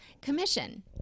commission